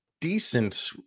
decent